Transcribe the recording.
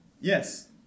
Yes